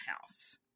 house